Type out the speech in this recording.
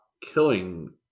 killing